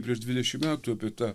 prieš dvidešim metų apie tą